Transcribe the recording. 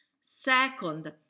Second